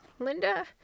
Linda